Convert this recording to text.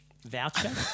voucher